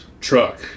Truck